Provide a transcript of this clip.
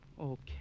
Okay